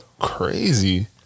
crazy